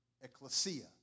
ecclesia